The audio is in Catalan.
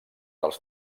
dels